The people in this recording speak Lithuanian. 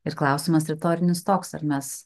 ir klausimas retorinis toks ar mes